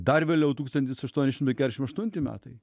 dar vėliau tūkstantis aštuoni šimtai kešim aštunti metai